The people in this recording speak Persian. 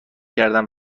کردن